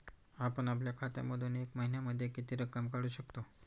आपण आपल्या खात्यामधून एका महिन्यामधे किती रक्कम काढू शकतो?